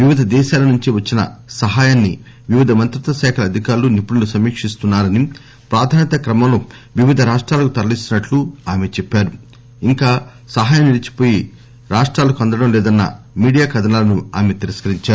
వివిధ దేశాల నుంచి వచ్చిన సహాయాన్ని వివిధ మంత్రిత్వ శాఖల అధికారులు నిపుణులు సమీకిస్తున్నారనీ ప్రాధాన్యతా క్రమంలో వివిధ రాష్టాలకు తరలిస్తున్నట్లు ఆమె చెప్పారు ఇంకా సహాయం నిలిచిపోయి రాష్టాలకు అందడం లేదన్న మీడియా కథనాలను ఆమె తిరస్కరించారు